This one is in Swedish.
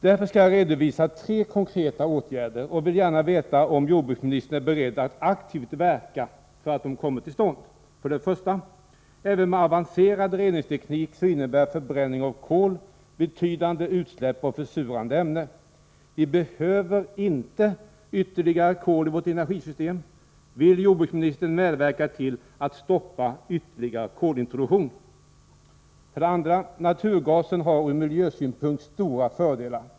Jag skall därför redovisa tre sådana åtgärder och vill gärna veta om jordbruksministern är beredd att aktivt verka för att det kommer till stånd. 1. Även med avancerad reningsteknik innebär förbränning av kol betydande utsläpp av försurande ämnen. Vi behöver inte ytterligare kol i vårt energisystem. Vill jordbruksministern medverka till att stoppa ytterligare kolintroduktion? 2. Naturgasen har ur miljösynpunkt stora fördelar.